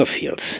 fields